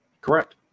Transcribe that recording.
Correct